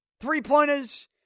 three-pointers